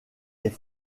est